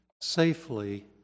safely